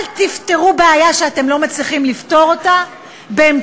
אל תפתרו בעיה שאתם לא מצליחים לפתור באמצעות